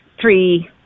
three